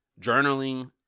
Journaling